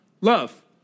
love